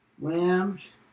Rams